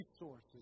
resources